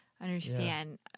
understand